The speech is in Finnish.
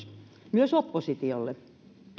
myös oppositiolle